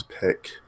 pick